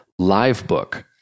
Livebook